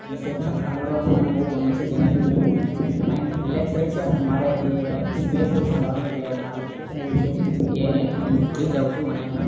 અને sad songs સાંભળવા પણ મને બહુ ગમે છે જેનાથી હું માઈન્ડ રિલેક્સ રહી છે અને મારે જે સ્ટ્રેસ હોય છે બારનો જ્યારે મારી ટેન્સન હોય છે એ હું ભૂલી જાઉ છું અને